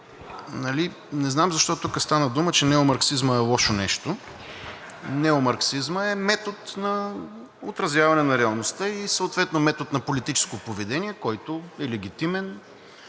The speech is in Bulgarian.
Не знам защо тук стана дума, че неомарксизмът е лошо нещо?! Неомарксизмът е метод на отразяване на реалността и съответно метод на политическо поведение, който е легитимен